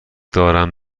دارم